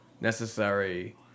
necessary